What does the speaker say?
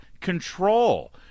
control